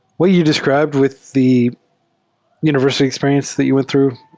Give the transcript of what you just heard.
what you described with the univers ity experience that you went through,